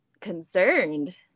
concerned